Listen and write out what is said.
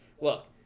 Look